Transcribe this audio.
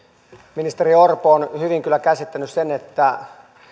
ministeri orpo on hyvin kyllä käsittänyt sen että